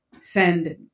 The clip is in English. send